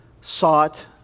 sought